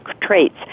traits